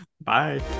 Bye